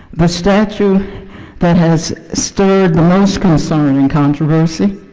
the statute that has stirred most concern and controversy,